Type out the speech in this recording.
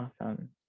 Awesome